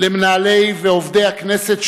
למנהלי ועובדי הכנסת,